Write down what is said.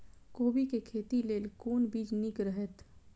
कोबी के खेती लेल कोन बीज निक रहैत?